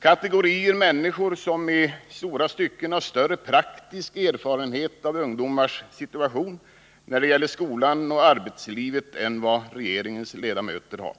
kategorier människor som i långa stycken har större praktisk erfarenhet av ungdomars situation när det gäller skolan och arbetslivet än vad regeringens ledamöter har.